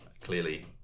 clearly